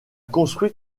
construit